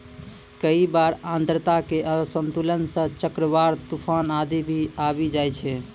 कई बार आर्द्रता के असंतुलन सं चक्रवात, तुफान आदि भी आबी जाय छै